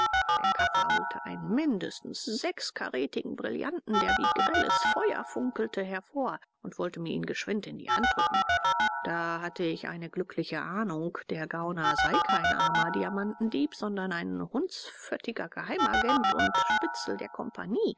der kaffer holte einen mindestens sechskarätigen brillanten der wie grelles feuer funkelte hervor und wollte mir ihn geschwind in die hand drücken da hatte ich eine glückliche ahnung der gauner sei kein armer diamantdieb sondern ein hundsföttischer geheimagent und spitzel der kompagnie